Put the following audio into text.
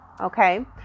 Okay